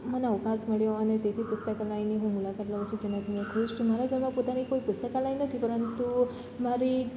મને ઉપહાસ મળ્યો અને તેથી પુસ્તકાલયની હું મુલાકાત લઉં છું તેનાથી હું ખુશ છું મારા ઘરમાં પોતાની પુસ્તકાલય નથી પરંતુ મારી